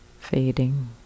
fading